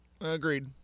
Agreed